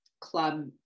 Club